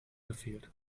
gefehlt